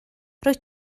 rwyt